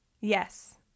yes